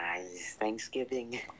Thanksgiving